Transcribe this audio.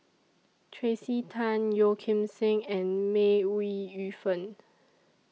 Tracey Tan Yeo Kim Seng and May Ooi Yu Fen